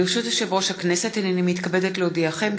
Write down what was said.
מתכבדת להודיעכם,